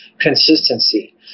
consistency